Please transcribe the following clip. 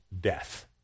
death